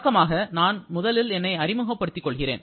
தொடக்கமாக நான் முதலில் என்னை அறிமுகப்படுத்திக் கொள்கிறேன்